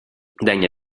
degna